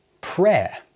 Prayer